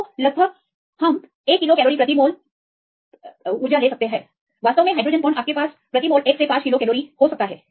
तो लगभग हम 1 किलो कैलोरी प्रति मोल लगा सकते हैं वास्तव में हाइड्रोजन बॉन्ड आपके पास प्रति मोल 1 से 5 किलो कैलोरी हो सकता है